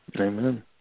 Amen